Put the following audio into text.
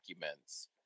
documents